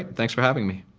thanks for having me.